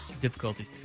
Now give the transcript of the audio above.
difficulties